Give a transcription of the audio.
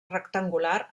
rectangular